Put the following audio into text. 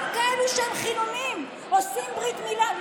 גם כאלה שהם חילונים עושים ברית מילה.